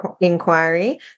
inquiry